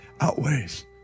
outweighs